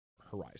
horizon